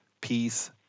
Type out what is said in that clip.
peace